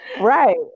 right